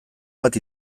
bat